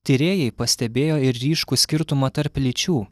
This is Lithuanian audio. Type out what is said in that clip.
tyrėjai pastebėjo ir ryškų skirtumą tarp lyčių